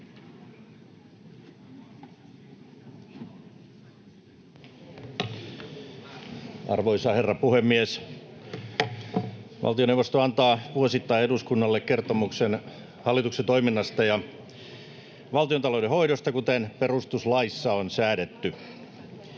Arvoisa herra puhemies! Valtioneuvosto antaa vuosittain eduskunnalle kertomuksen hallituksen toiminnasta ja valtiontalouden hoidosta, kuten perustuslaissa on säädetty.